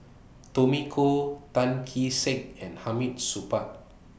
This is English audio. Tommy Koh Tan Kee Sek and Hamid Supaat